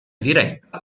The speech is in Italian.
diretta